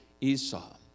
Esau